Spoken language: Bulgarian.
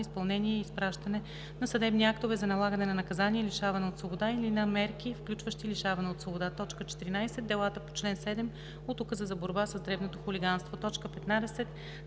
изпълнение и изпращане на съдебни актове за налагане на наказание лишаване от свобода или на мерки, включващи лишаване от свобода; 14. Делата по чл. 7 от Указа за борба с дребното хулиганство; 15.